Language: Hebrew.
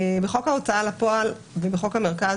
בחוק ההוצאה לפועל ובחוק המרכז,